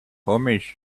homies